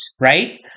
right